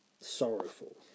sorrowful